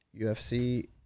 UFC